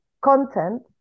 content